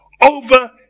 over